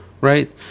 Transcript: Right